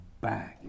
bang